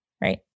right